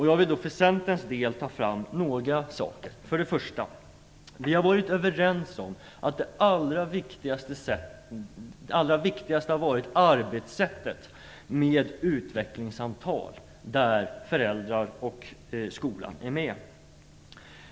Jag vill för Centerns del ta fram några saker. För det första: Vi har varit överens om att det allra viktigaste har varit arbetssättet med utvecklingssamtal, där föräldrar och skola är med.